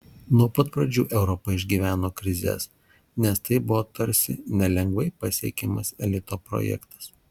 nuo pat pradžių europa išgyveno krizes nes tai buvo tarsi nelengvai pasiekiamas elito projektas